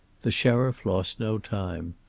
the sheriff lost no time.